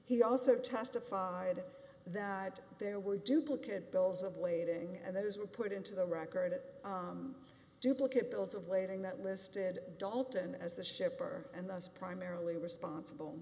he also testified that there were duplicate bills of lading and those were put into the record at duplicate bills of lading that listed dalton as the shipper and those primarily responsible